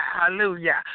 Hallelujah